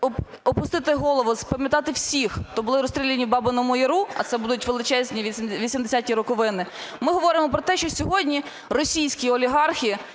опустити голову, спам'ятати всіх, хто були розстріляні у Бабиному Яру, а це будуть величезні 80-ті роковини. Ми говоримо про те, що сьогодні російські олігархи,